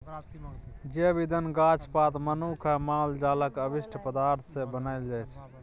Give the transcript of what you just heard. जैब इंधन गाछ पात, मनुख आ माल जालक अवशिष्ट पदार्थ सँ बनाएल जाइ छै